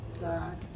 God